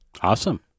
Awesome